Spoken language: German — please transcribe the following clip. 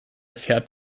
fährt